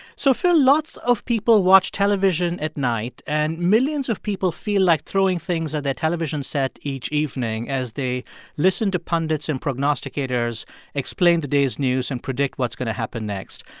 so phil, lots of people watch television at night, and millions of people feel like throwing things at their television set each evening as they listen to pundits and prognosticators explain the day's news and predict what's going to happen next.